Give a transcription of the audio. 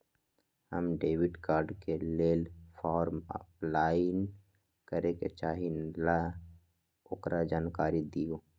हम debit card के लेल फॉर्म अपलाई करे के चाहीं ल ओकर जानकारी दीउ?